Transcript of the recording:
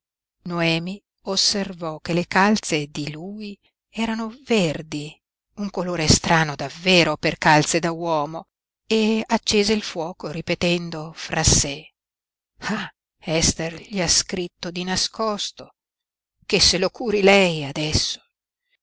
noemi osservò che le calze di lui erano verdi un colore strano davvero per calze da uomo e accese il fuoco ripetendo fra sé ah ester gli ha scritto di nascosto che se lo curi lei adesso